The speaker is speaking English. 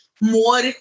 more